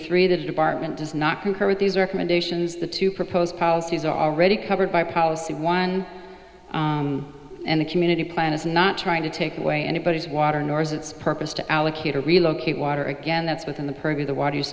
three the department does not do current these recommendations the two proposed policies are already covered by policy one and the community plan is not trying to take away anybody's water nor is its purpose to allocate to relocate water again that's within the purview the water